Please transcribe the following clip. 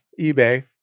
eBay